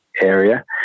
area